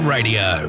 Radio